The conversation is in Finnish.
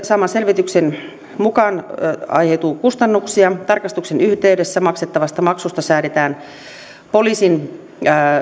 saaman selvityksen mukaan aiheutuu kustannuksia tarkastuksen yhteydessä maksettavasta maksusta säädetään poliisin